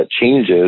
changes